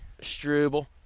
Struble